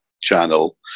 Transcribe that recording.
channel